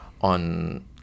on